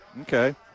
Okay